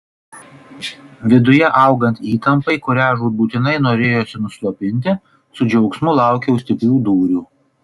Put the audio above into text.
viduje augant įtampai kurią žūtbūtinai norėjosi nuslopinti su džiaugsmu laukiau stiprių dūrių